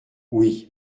oui